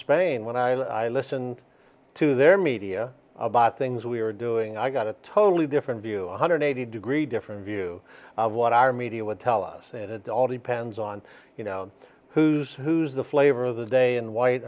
spain when i listened to their media about things we were doing i got a totally different view a hundred eighty degree different view of what our media would tell us and it all depends on you know who's who's the flavor of the day and white